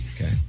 Okay